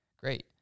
Great